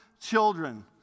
children